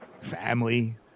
family